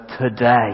today